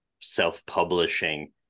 self-publishing